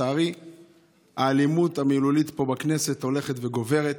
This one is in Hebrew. לצערי האלימות המילולית פה בכנסת הולכת וגוברת,